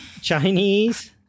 Chinese